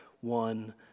one